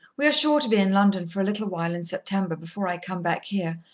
we are sure to be in london for a little while in september, before i come back here.